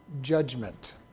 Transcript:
judgment